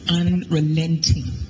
unrelenting